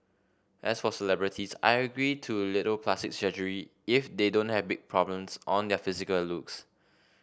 as for celebrities I agree to little plastic surgery if they don't have big problems on their physical looks